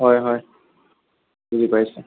হয় হয় বুজি পাইছোঁ